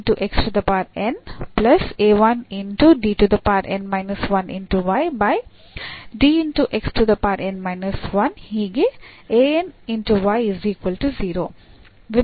ವಿಭಿನ್ನ ವರ್ಗಮೂಲಗಳಿಗೆ ಹಿಂದಿರುಗೋಣ